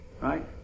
Right